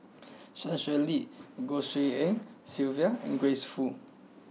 Sun Xueling Goh Tshin En Sylvia and Grace Fu